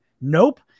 Nope